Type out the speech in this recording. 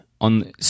on